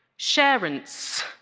sharents!